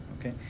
okay